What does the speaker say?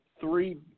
three